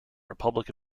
republic